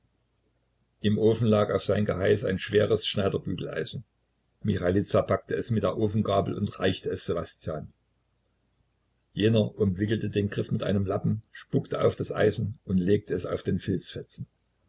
im ofen lag auf sein geheiß ein schweres schneiderbügeleisen michailiza packte es mit der ofengabel und reichte es ssewastjan jener umwickelte den griff mit einem lappen spuckte auf das eisen und legte es auf den